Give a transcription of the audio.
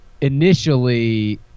initially